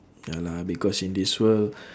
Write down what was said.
ya lah because in this world